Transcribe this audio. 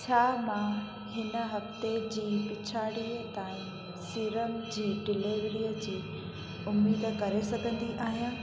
छा मां हिन हफ़्ते जी पिछाड़ीअ ताईं सीरम जी डिलेवरीअ जी उमीद करे सघंदी आहियां